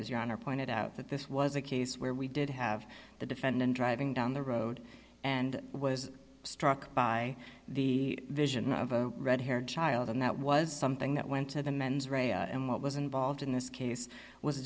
is your honor pointed out that this was a case where we did have the defendant driving down the road and was struck by the vision of a red haired child and that was something that went to the mens rea and what was involved in this case was